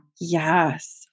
Yes